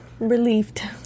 Relieved